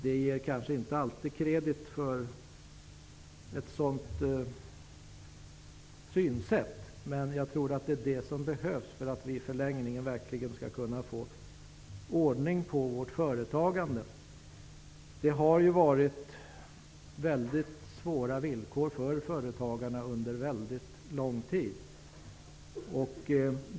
Han får kanske inte alltid kredit för sitt synsätt, men jag tror att det behövs för att vi i förlängningen verkligen skall kunna få ordning på vårt företagande. Det har varit väldigt svåra villkor för företagarna under väldigt lång tid.